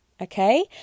okay